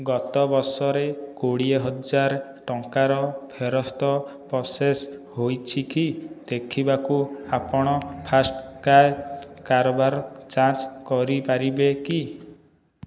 ଗତ ବର୍ଷରେ କୋଡ଼ିଏ ହଜାର ଟଙ୍କାର ଫେରସ୍ତ ପ୍ରସେସ୍ ହୋଇଛିକି ଦେଖିବାକୁ ଆପଣ ଫାର୍ଷ୍ଟ୍କ୍ରାଏ କାରବାର ଯାଞ୍ଚ କରିପାରିବେ କି